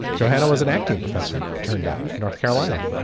johanna was an acting professor. turned out north carolina.